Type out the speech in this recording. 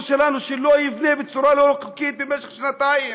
שלנו שלא יבנה בצורה לא חוקית במשך שנתיים,